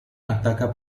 ataca